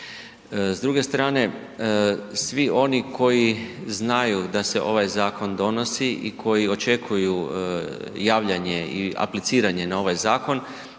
S druge strane, svi oni koji znaju da se ovaj zakon donosi i koji očekuju javljanje i apliciranje na ovaj zakon,